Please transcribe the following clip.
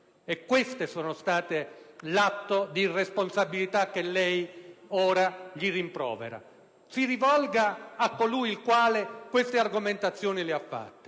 Questo è l'atto di irresponsabilità che lei ora gli rimprovera. Si rivolga a colui il quale queste argomentazioni ha proposto.